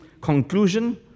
Conclusion